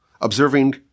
observing